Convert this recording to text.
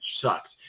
sucks